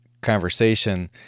conversation